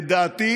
לדעתי